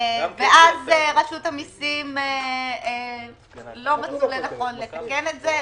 ואז רשות המיסים לא מצאו לנכון לתקן את זה.